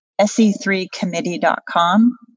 se3committee.com